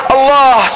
Allah